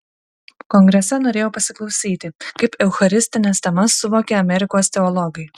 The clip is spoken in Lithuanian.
kongrese norėjau pasiklausyti kaip eucharistines temas suvokia amerikos teologai